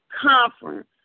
conference